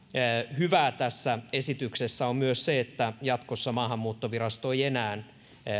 hyvää tässä esityksessä on myös se että jatkossa maahanmuuttovirasto ei enää